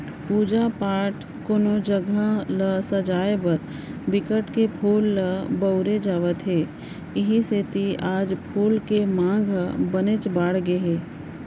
पूजा पाठ, कोनो जघा ल सजाय बर बिकट के फूल ल बउरे जावत हे इहीं सेती आज फूल के मांग ह बनेच बाड़गे गे हे